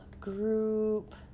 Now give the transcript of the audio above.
group